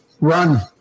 Run